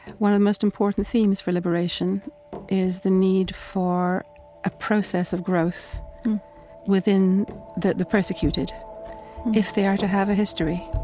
one of the most important themes for liberation is the need for a process of growth within the the persecuted if they are to have a history